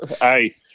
Hey